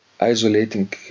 isolating